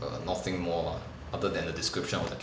err nothing more lah other than the description of the